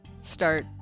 start